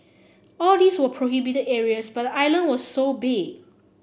all these were prohibited areas but the island was so big